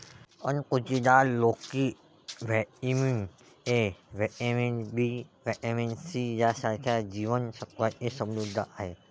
अणकुचीदार लोकी vitamin A, vitamin B, vitamin C यांसारख्या जीवन सत्त्वांनी समृद्ध आहे